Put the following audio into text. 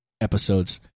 episodes